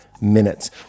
minutes